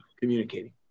communicating